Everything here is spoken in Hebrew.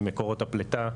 ממקורות הפליטה.